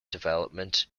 development